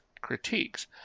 critiques